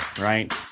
Right